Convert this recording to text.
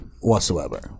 whatsoever